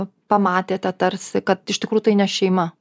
pamatėte tarsi kad iš tikrųjų tai ne šeima